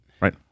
right